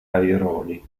aironi